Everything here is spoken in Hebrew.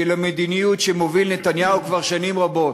המדיניות שמוביל נתניהו כבר שנים רבות,